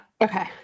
Okay